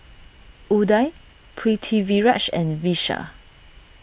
Udai Pritiviraj and Vishal